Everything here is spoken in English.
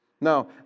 Now